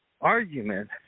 argument